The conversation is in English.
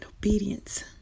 obedience